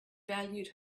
valued